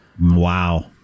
Wow